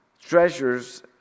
treasures